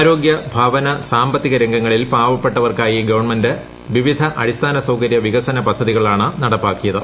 ആരോഗ്യ ഭവന സാമ്പത്തിക രംഗങ്ങളിൽ പാപ്പെട്ടവർക്കായി ഗവൺമെന്റ് വിവിധ അടിസ്ഥാന സൌകര്യ വികസന പദ്ധതികളാണ് നടപ്പാക്കിയത്